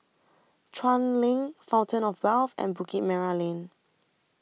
Chuan LINK Fountain of Wealth and Bukit Merah Lane